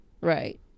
right